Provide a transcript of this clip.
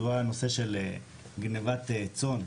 וזוהה הנושא של גניבת צאן,